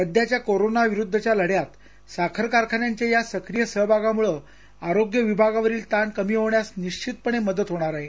सध्याच्या कोरोनाविरुद्धच्या लढ्यात साखर कारखान्यांच्या या सक्रिय सहभागामुळं आरोग्य विभागावरील ताण कमी होण्यास निश्चितपणे मदत होणार आहे